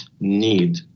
need